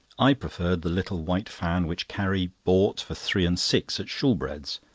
i preferred the little white fan which carrie bought for three-and six at shoolbred's,